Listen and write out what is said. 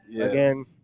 again